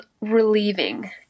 relieving